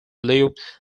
luke